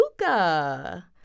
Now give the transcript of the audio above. Luca